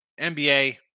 NBA